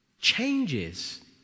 Changes